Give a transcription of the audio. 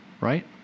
Right